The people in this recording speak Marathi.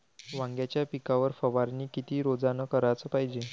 वांग्याच्या पिकावर फवारनी किती रोजानं कराच पायजे?